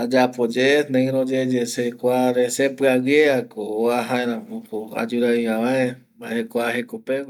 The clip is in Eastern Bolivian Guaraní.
ayapo ye neiro yeye se kua re sepiaguie a ko vuaja jaeramo ko ayu raivia avae kua jekopegua